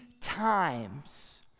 times